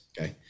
Okay